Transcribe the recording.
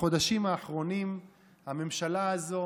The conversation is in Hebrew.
ובחודשים האחרונים הממשלה הזו